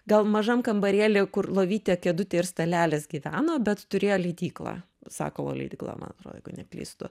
gal mažam kambarėly kur lovytė kėdutė ir stalelis gyveno bet turėjo leidyklą sakalo leidykla man atrodo jeigu neklystu